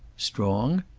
strong?